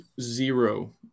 zero